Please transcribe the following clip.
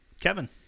Kevin